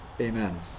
Amen